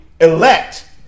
elect